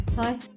Hi